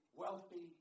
wealthy